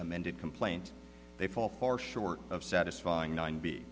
amended complaint they fall far short of satisfying nine be